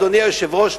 אדוני היושב-ראש,